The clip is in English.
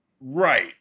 right